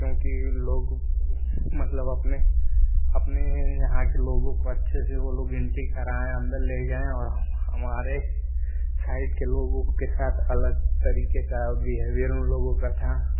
क्योंकि लोग मतलब अपने अपने अपने यहाँ के लोगों को अच्छे से वो लोग इंट्री करायें अंदर ले गयें और हमारे साइड के लोगों के साथ अलग तरीके का बिहेवियर उन लोगों का था